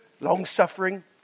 long-suffering